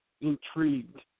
intrigued